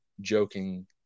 joking